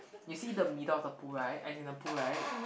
you see the middle of the pool right as in the pool right